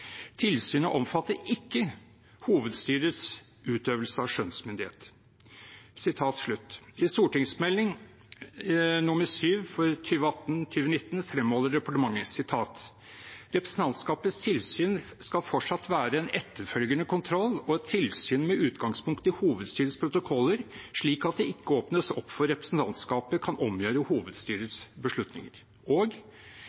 Tilsynet omfatter ikke hovedstyrets utøvelse av skjønnsmyndighet.» I Meld. St. 7 for 2018–2019 fremholder departementet at «representantskapets tilsyn fortsatt skal være en etterfølgende kontroll og tilsyn med utgangspunkt i styrets protokoller, og slik at det ikke åpnes opp for at representantskapet kan omgjøre